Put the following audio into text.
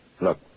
Look